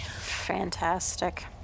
Fantastic